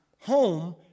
home